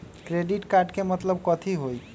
Credit card के मतलब कथी होई?